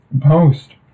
post